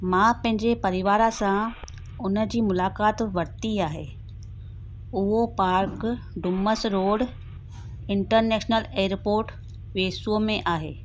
मां पंहिंजे परिवार सां हुनजी मुलाकात वरिती आहे उहो park Dumas road international airport पेसूअ में आहे